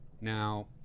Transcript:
Now